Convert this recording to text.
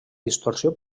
distorsió